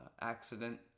accident